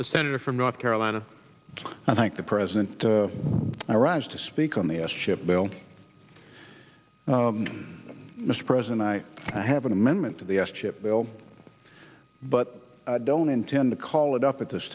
the senator from north carolina i think the president arrives to speak on the s chip bill mr president i have an amendment to the s chip bill but i don't intend to call it up at this